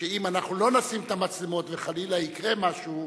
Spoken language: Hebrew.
שאם אנחנו לא נשים את המצלמות וחלילה יקרה משהו,